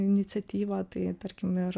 iniciatyva tai tarkim ir